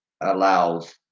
allows